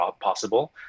possible